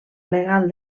legal